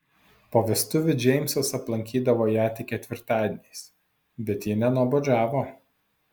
po vestuvių džeimsas aplankydavo ją tik ketvirtadieniais bet ji nenuobodžiavo